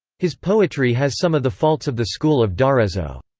his poetry has some of the faults of the school of d'arezzo.